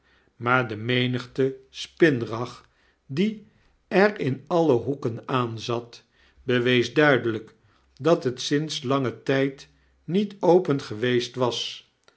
maar de menigte spinrag die er in alle hoeken aanzat bewees duidelp dat het sinds langen tijd niet open geweest was